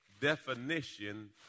Definition